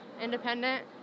independent